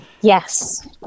Yes